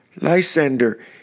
Lysander